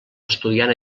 estudiant